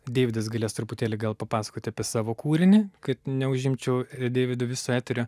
deividas galės truputėlį gal papasakoti apie savo kūrinį kad neužimčiau deividu viso eterio